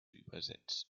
übersetzen